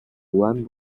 one